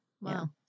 wow